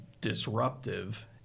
disruptive